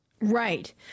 Right